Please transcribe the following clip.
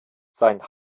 sein